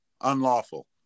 unlawful